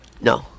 No